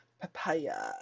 Papaya